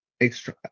Extra